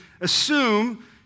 assume